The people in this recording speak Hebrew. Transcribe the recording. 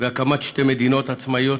והקמת שתי מדינות עצמאיות,